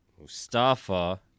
Mustafa